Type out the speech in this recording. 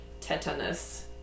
Tetanus